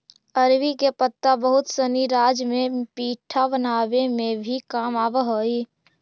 अरबी के पत्ता बहुत सनी राज्य में पीठा बनावे में भी काम आवऽ हई